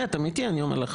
אני אומר לך,